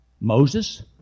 Moses